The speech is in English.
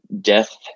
death